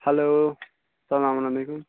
hello السَلام علیکُم